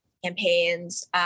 campaigns